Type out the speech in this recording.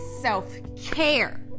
self-care